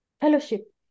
fellowship